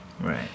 Right